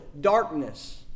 darkness